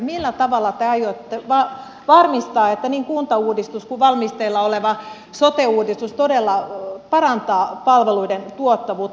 millä tavalla te aiotte varmistaa että niin kuntauudistus kuin valmisteilla oleva sote uudistus todella parantavat palveluiden tuottavuutta